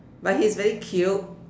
but he's very cute